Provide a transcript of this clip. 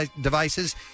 devices